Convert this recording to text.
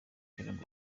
healing